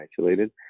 isolated